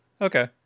Okay